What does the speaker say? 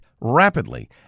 rapidly